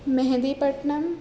مہندی Patnam